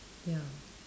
ya